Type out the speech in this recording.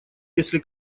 если